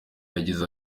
yagize